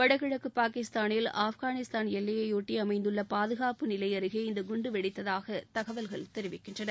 வடகிழக்கு பாகிஸ்தானில் ஆப்கானிஸ்தான் எல்லையையொட்டி அமைந்துள்ள பாதுகாப்பு நிலை அருகே இந்த குண்டு வெடித்ததாக தகவல்கள் தெரிவிக்கின்றன